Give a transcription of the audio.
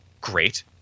Great